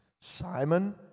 Simon